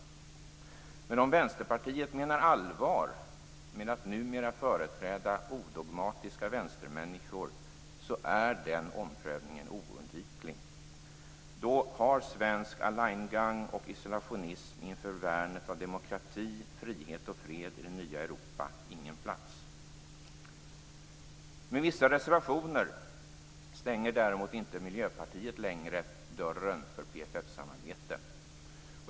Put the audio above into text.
Men om Vänsterpartiet menar allvar med att numera företräda odogmatiska vänstermänniskor är denna omprövning oundviklig. Då har svensk Alleingang och isolationism inför värnet av demokrati, frihet och fred i det nya Europa ingen plats. Med vissa reservationer stänger däremot Miljöpartiet inte längre dörren för PFF-samarbete.